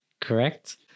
Correct